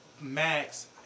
Max